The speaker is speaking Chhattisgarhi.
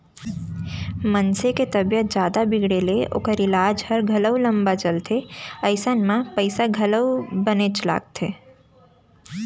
मनसे के तबीयत जादा बिगड़े ले ओकर ईलाज ह घलौ लंबा चलथे अइसन म पइसा घलौ बनेच लागथे